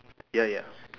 ya ya